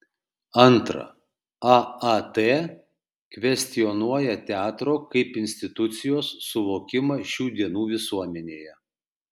antra aat kvestionuoja teatro kaip institucijos suvokimą šių dienų visuomenėje